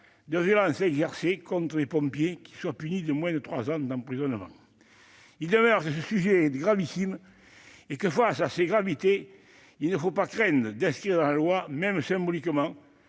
de violences exercées contre des pompiers qui soient punis de moins de trois ans d'emprisonnement. Il demeure que le sujet est gravissime et que, dès lors, il ne faut pas craindre d'inscrire dans la loi, même symboliquement,